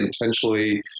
intentionally